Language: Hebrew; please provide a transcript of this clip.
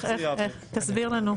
תסביר לנו.